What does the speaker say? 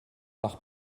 par